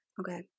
Okay